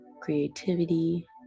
creativity